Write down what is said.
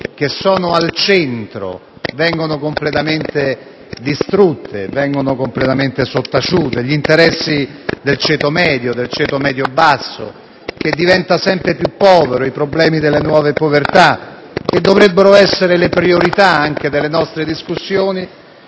che sono al centro, vengono completamente distrutte e sottaciute. Gli interessi del ceto medio-basso, che diventa sempre più povero, i problemi delle nuove povertà che dovrebbero essere le priorità della nostre discussioni